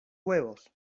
huevos